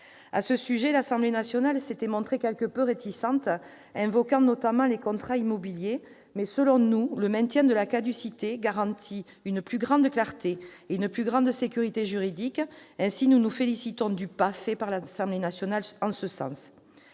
À ce sujet, l'Assemblée nationale s'était montrée quelque peu réticente, invoquant notamment les contrats immobiliers, mais, selon nous, le maintien de la caducité garantit une plus grande clarté et sécurité juridique. C'est pourquoi nous nous félicitons du pas fait par l'Assemblée nationale en ce sens.